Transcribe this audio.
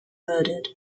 murdered